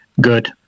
Good